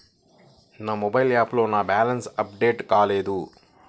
నా మొబైల్ యాప్లో నా బ్యాలెన్స్ అప్డేట్ కాలేదు